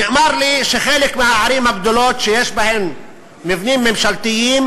נאמר לי שחלק מהערים הגדולות שיש בהן מבנים ממשלתיים